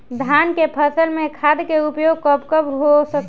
धान के फसल में खाद के उपयोग कब कब हो सकत बा?